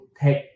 take